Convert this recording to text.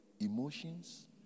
emotions